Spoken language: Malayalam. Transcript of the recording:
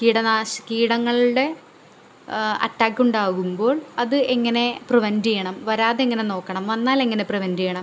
കീടനാശിനി കീടങ്ങളുടെ അറ്റാക്കുണ്ടാകുമ്പോൾ അത് എങ്ങനെ പ്രിവെൻ്റ് ചെയ്യണം വരാതെ എങ്ങനെ നോക്കണം വന്നാൽ എങ്ങനെ പ്രിവെൻ്റ് ചെയ്യണം